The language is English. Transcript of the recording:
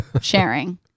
sharing